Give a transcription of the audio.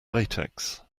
latex